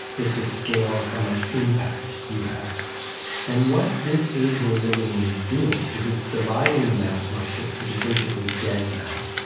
it's a scale of how much impact you had and what this age we're living in is doing, is it's dividing the mass market, which is basically dead now,